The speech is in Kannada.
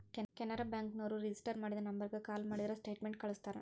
ಕೆನರಾ ಬ್ಯಾಂಕ ನೋರು ರಿಜಿಸ್ಟರ್ ಮಾಡಿದ ನಂಬರ್ಗ ಕಾಲ ಮಾಡಿದ್ರ ಸ್ಟೇಟ್ಮೆಂಟ್ ಕಳ್ಸ್ತಾರ